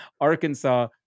Arkansas